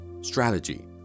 strategy